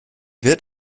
wird